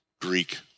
Greek